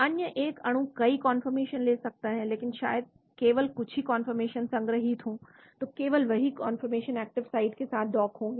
अतः एक अणु कई कौनफॉर्मेशन ले सकता है लेकिन शायद केवल कुछ ही कौनफॉर्मेशन संग्रहीत हों तो केवल वही कौनफॉर्मेशन एक्टिव साइट के साथ डॉक होंगे